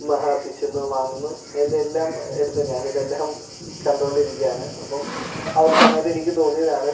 മഹാ പിച്ചുന്നു മാന്തുന്നു അതിന്റെ എല്ലാം എടുത്തു ഞാനിതെല്ലാം കണ്ടുകൊണ്ടിരിക്കുകയാണ് അപ്പം ആ ഒരു സമയത്തെനിക്ക് തോന്നിയതാണ്